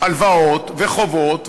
הלוואות וחובות,